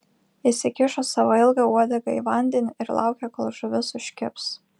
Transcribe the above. jis įkišo savo ilgą uodegą į vandenį ir laukė kol žuvis užkibs